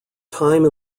time